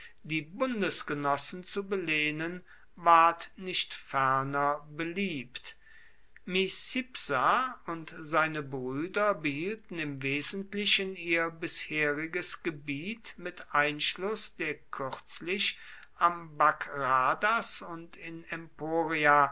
die bundesgenossen zu belehnen ward nicht ferner beliebt micipsa und seine brüder behielten im wesentlichen ihr bisheriges gebiet mit einschluß der kürzlich am bagradas und in emporia